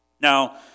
Now